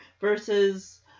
versus